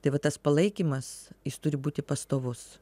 tai va tas palaikymas jis turi būti pastovus